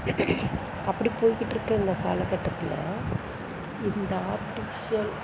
அப்படி போயிகிட்டுருக்க இந்த காலக்கட்டத்தில் இந்த ஆர்டிஃபிஷியல்